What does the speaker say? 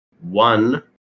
one